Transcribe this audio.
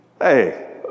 hey